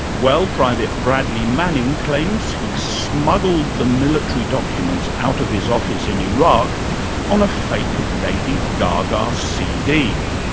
well, private bradley manning claims he smuggled the military documents out of his office in iraq on a fake lady gaga cd.